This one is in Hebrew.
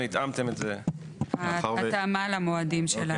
התאמה למועדים.